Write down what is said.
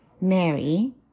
Mary